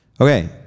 Okay